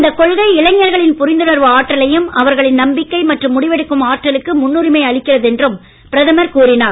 இந்தக் கொள்கை இளைஞர்களின் புரிந்துணர்வு ஆற்றலையும் அவர்களது நம்பிக்கை மற்றும் முடிவெடுக்கும் ஆற்றலுக்கு முன்னுரிமை அளிக்கிறது என்றும் பிரதமர் கூறினார்